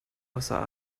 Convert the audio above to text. außer